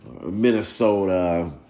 Minnesota